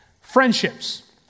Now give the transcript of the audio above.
Friendships